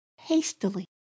Hastily